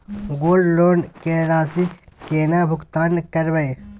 Gold loan के राशि केना भुगतान करबै?